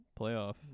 playoff